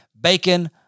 bacon